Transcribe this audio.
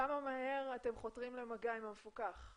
כמה זמן עובר עד למגע עם המפוקח?